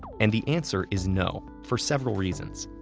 and the answer is no, for several reasons.